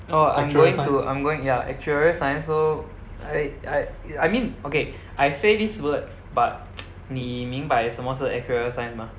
oh I'm going to I'm going ya actuarial science so I I I mean okay I say this word but 你明白什么是 actuarial science mah